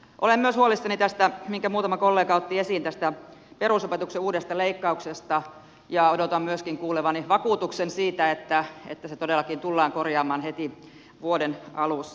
olen myös huolissani minkä muutama kollega otti esiin tästä perusopetuksen uudesta leikkauksesta ja odotan myöskin kuulevani vakuutuksen siitä että se todellakin tullaan korjaamaan heti vuoden alussa